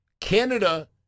Canada